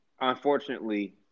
unfortunately